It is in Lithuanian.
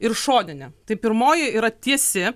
ir šoninė tai pirmoji yra tiesi